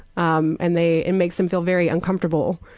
um and they it makes them feel very uncomfortable.